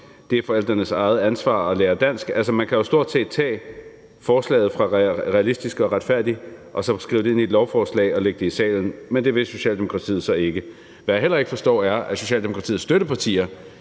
Det er forældrenes eget ansvar at lære dansk. Altså, man kan jo stort set tage forslaget fra »Retfærdig og realistisk« og skrive det ind i et lovforslag og lægge det frem i salen, men det vil Socialdemokratiet så ikke. Hvad jeg heller ikke forstår er, at Socialdemokratiets støttepartier